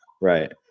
Right